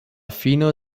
fino